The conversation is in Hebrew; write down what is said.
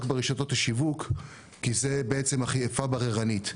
ברשתות השיווק כי זה בעצם אכיפה בררנית,